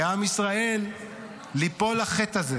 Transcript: כעם ישראל ליפול לחטא הזה,